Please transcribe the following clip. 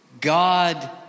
God